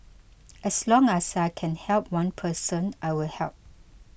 as long as I can help one person I will help